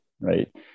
right